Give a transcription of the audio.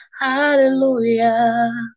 Hallelujah